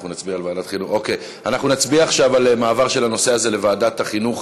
אנחנו נצביע עכשיו על מעבר הנושא הזה לוועדת החינוך